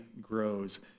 grows